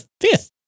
fifth